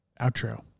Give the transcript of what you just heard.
outro